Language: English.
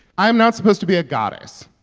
i am not supposed to be a goddess.